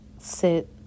sit